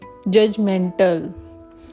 judgmental